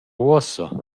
uossa